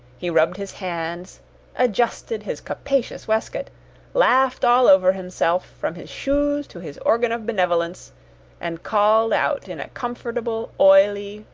he rubbed his hands adjusted his capacious waistcoat laughed all over himself, from his shoes to his organ of benevolence and called out in a comfortable, oily,